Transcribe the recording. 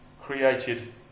created